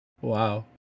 Wow